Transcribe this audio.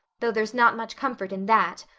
though there's not much comfort in that.